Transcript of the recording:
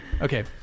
okay